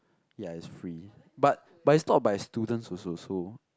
ya it's free but but it's not by students also so